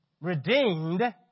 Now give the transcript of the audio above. redeemed